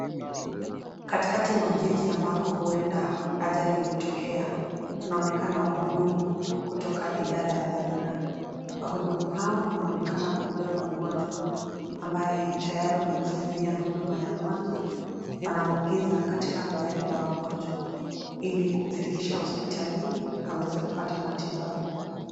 Katikati mwa jiji ambako huenda ajali ilitokea. Panaonekana wahudumu, kutoka idara ya dharura. Wahudumu hawa wanaonekana kumbeba mgonjwa, ambaye tayari wamemfanyia huduma ya kwanza. Wanamuingiza katika gari la wagonjwa ili kumfikisha hospitalini, aweze kupata matibabu.